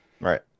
Right